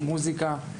מוזיקה.